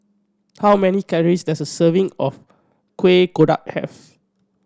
how many calories does a serving of Kuih Kodok have